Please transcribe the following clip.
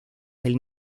del